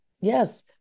Yes